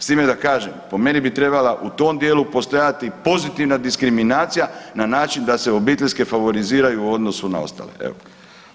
S time da kažem, po meni bi trebala u tom dijelu postojati pozitivna diskriminacija na način da se obiteljske favoriziraju u odnosu na ostale, evo.